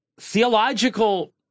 theological